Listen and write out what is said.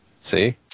See